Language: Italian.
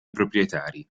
proprietari